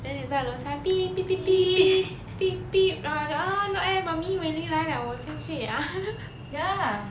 then 你在楼下 然后他就 eh mummy wei ling 来 liao 我出去 ah